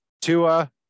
Tua